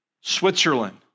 Switzerland